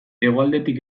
hegoaldetik